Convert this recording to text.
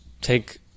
take